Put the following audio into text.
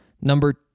number